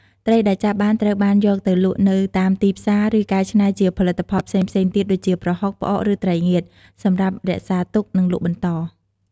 ត្រីដែលចាប់បានត្រូវបានយកទៅលក់នៅតាមទីផ្សារ ឬកែច្នៃជាផលិតផលផ្សេងៗទៀតដូចជា ប្រហុក ផ្អក ឬត្រីងៀត សម្រាប់រក្សាទុក និងលក់បន្ត។